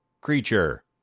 Creature